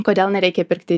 kodėl nereikia pirkti